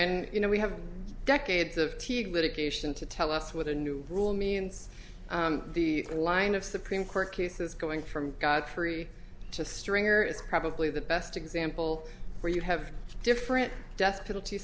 and you know we have decades of teague litigation to tell us with a new rule means the line of supreme court cases going from god three to stringer is probably the best example where you have different death penalty